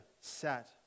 sat